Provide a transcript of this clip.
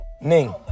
Ning